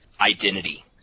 identity